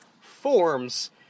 forms